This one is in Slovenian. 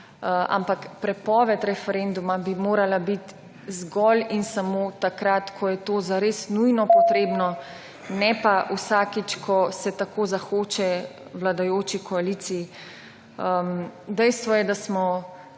ampak prepoved referenduma bi morala biti zgolj in samo takrat, ko je to zares nujno potrebno, ne pa vsakič, ko se tako zahoče vladajoči koaliciji. Dejstvo je, da smo